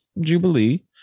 Jubilee